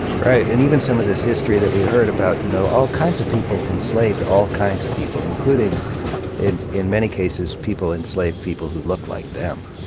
right. and even some of this history that we heard about, you know, all kinds of people enslaved all kinds of people, including and in many cases people enslaved people who look like them.